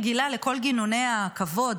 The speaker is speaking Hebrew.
לא הייתי רגילה לכל גינוני הכבוד.